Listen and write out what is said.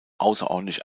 außerordentlich